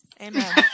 Amen